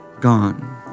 gone